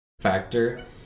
factor